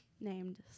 named